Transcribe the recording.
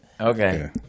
okay